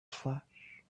flash